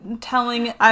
telling